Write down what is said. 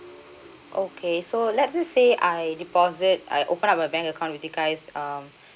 okay so let's just say I deposit I open up a bank account with you guys um